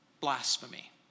Blasphemy